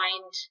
find